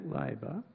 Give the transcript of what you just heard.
labour